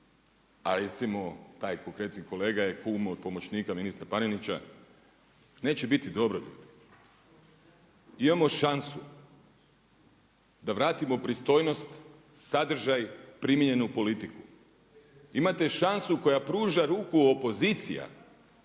a recimo taj konkretni kolega je kum od pomoćnika ministra Panenića, neće biti dobro ljudi. Imamo šansu da vratimo pristojnost, sadržaj primijenjenu politiku. Imate šansu koja pruža ruku opozicija